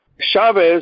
Chavez